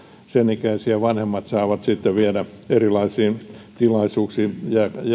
sen ikäisiä vanhemmat saavat sitten viedä erilaisiin tilaisuuksiin